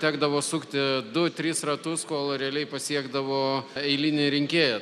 tekdavo sukti du tris ratus kol realiai pasiekdavo eilinį rinkėją